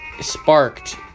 sparked